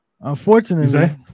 Unfortunately